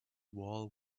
wall